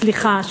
סליחה.